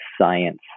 science